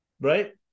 right